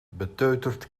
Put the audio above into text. beteuterd